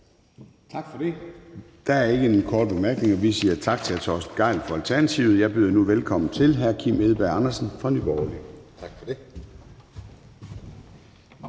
Tak for det. Der er ingen korte bemærkninger. Vi siger tak til hr. Torsten Gejl fra Alternativet. Jeg byder nu velkommen til hr. Kim Edberg Andersen fra Nye Borgerlige.